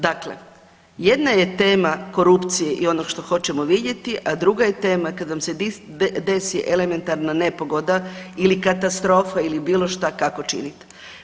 Dakle, jedna je tema korupcije i onog što hoćemo vidjeti, a druga je tema kad vam se desi elementarna nepogoda ili katastrofa ili bilo šta kako činit.